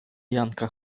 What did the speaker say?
janka